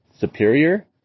superior